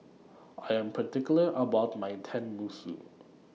I Am particular about My Tenmusu